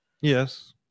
Yes